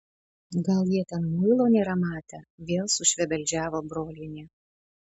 gal jie ten muilo nėra matę vėl sušvebeldžiavo brolienė